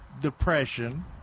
depression